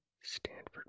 Stanford